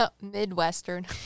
Midwestern